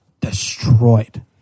Destroyed